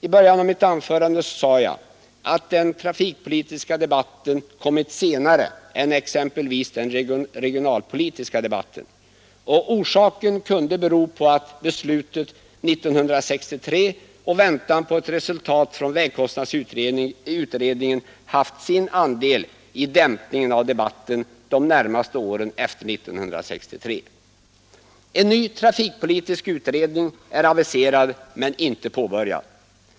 I början av mitt anförande sade jag att den trafikpolitiska debatten kommit senare än exempelvis den regionalpolitiska debatten och att beslutet 1963 och väntan på ett resultat av vägkostnadsutredningens arbete kunde haft sin andel i dämpningen de närmaste åren efter 1963. En ny trafikpolitisk utredning är aviserad men inte påbörjad.